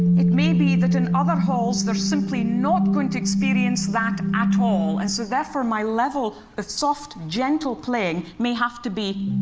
it may be that in other halls, they're simply not going to experience that at all, and so therefore, my level of soft, gentle playing may have to be